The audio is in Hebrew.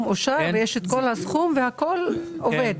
עובד.